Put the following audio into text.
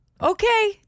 okay